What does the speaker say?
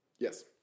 Yes